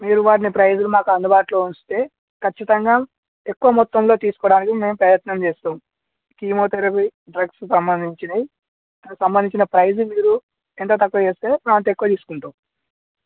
మీరు వాటిని ప్రైస్లు మాకు అందుబాటులో ఉంచితే కచ్చితంగా ఎక్కువ మొత్తంలో తీసుకోవడానికి మేము ప్రయత్నం చేస్తాం కీమోథెరపీ డ్రగ్స్కి సంబంధించినవి సంబంధించిన ప్రైస్ మీరు ఎంత తక్కువ చేస్తే మేము అంత ఎక్కువ తీసుకుంటాం